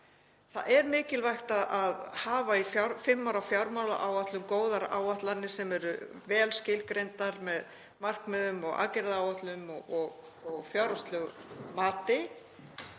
Það er mikilvægt að hafa í fimm ára fjármálaáætlun góðar áætlanir sem eru vel skilgreindar með markmiðum og aðgerðaáætlunum og fjárhagslegu mati